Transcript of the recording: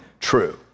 true